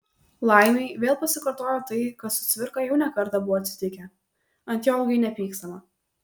laimei vėl pasikartojo tai kas su cvirka jau ne kartą buvo atsitikę ant jo ilgai nepykstama